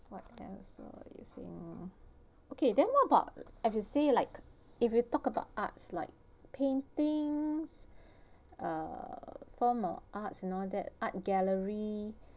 what else are you saying okay then what about have you see like if you talk about arts like paintings uh form of arts you know that art gallery